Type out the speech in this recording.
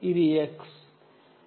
ఇది x